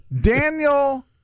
Daniel